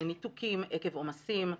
ניתוקים עקב עומסים.